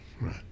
Right